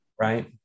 Right